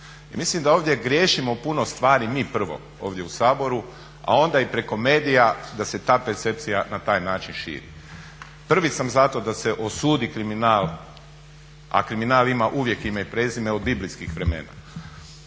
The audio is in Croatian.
mislim da ovdje griješimo puno stvari mi prvo ovdje u Saboru, a onda i preko medija da se ta percepcija na taj način širi. Prvi sam za to da se osudi kriminal, a kriminal ima uvijek ime i prezime od biblijskih vremena.